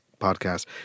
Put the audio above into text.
podcast